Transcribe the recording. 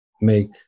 make